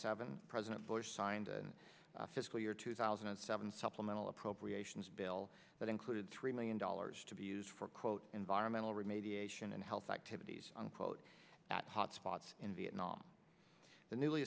seven president bush signed the fiscal year two thousand and seven supplemental appropriations bill that included three million dollars to be used for quote environmental remediation and health activities unquote that hot spots in vietnam the newly